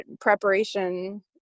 preparation